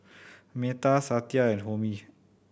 Medha Satya and Homi